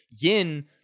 yin